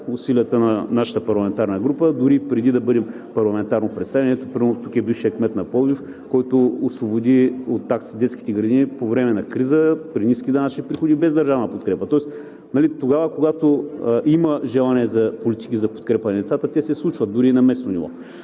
усилията на нашата парламентарна група, дори преди да бъдем парламентарно представени. Ето примерно тук е бившият кмет на Пловдив, който освободи от такси детските градини по време на криза при ниски данъчни приходи, без държавна подкрепа, тоест тогава, когато има желание за политики за подкрепа на децата, те се случват дори и на местно ниво.